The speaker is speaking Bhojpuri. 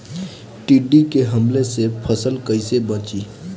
टिड्डी के हमले से फसल कइसे बची?